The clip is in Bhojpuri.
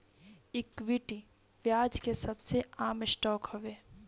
इक्विटी, ब्याज के सबसे आम स्टॉक हवे